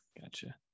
gotcha